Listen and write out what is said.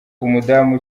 umudamu